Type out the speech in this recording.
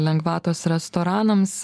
lengvatos restoranams